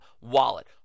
wallet